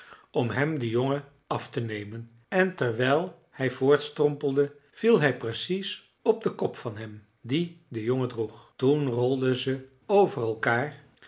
om hem den jongen af te nemen en terwijl hij voortstrompelde viel hij precies op den kop van hem die den jongen droeg toen rolden ze over elkaar